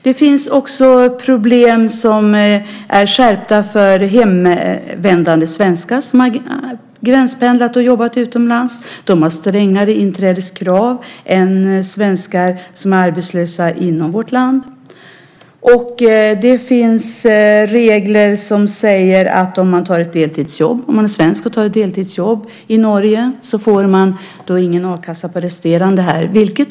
Det finns också problem med skärpta regler för hemvändande svenskar, sådana som gränspendlat och jobbat utomlands. De har strängare inträdeskrav än de svenskar som är arbetslösa inom vårt land. Dessutom finns det regler som säger att om man som svensk tar ett deltidsjobb i Norge får man ingen a-kassa i Sverige för den överskjutande tiden.